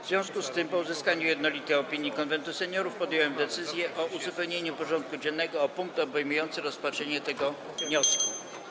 W związku z tym, po uzyskaniu jednolitej opinii Konwentu Seniorów, podjąłem decyzję o uzupełnieniu porządku dziennego o punkt obejmujący rozpatrzenie tego wniosku.